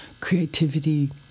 creativity